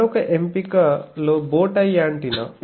మరొక ఎంపిక bow tie antenna